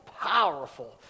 powerful